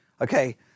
Okay